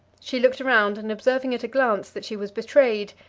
she looked around, and observing at a glance that she was betrayed,